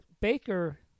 Baker